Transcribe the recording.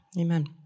Amen